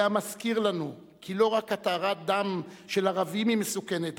זה המזכיר לנו כי לא רק התרת דם של ערבים היא מסוכנת,